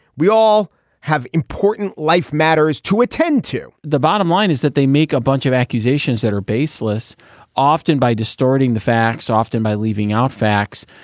we all have important life matters to attend to the bottom line is that they make a bunch of accusations that are baseless often by distorting the facts often by leaving out facts.